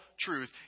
truth